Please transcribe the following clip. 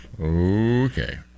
Okay